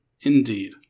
Indeed